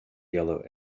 yellow